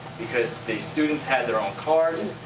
because the students had their own cards.